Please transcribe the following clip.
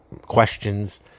questions